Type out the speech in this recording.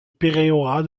peyrehorade